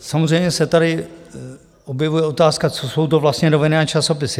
Samozřejmě se tady objevuje otázka, co jsou to vlastně noviny a časopisy.